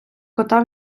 кота